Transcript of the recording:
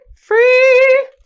free